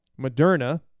Moderna